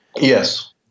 Yes